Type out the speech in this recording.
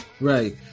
Right